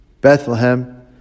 Bethlehem